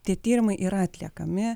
tie tyrimai yra atliekami